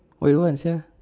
what you want sia